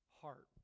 heart